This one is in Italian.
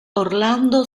orlando